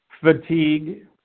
fatigue